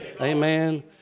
Amen